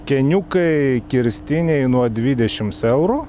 kėniukai kirstiniai nuo dvidešims eurų